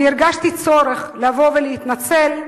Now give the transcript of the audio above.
אני הרגשתי צורך לבוא ולהתנצל,